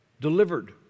delivered